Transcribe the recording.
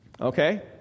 Okay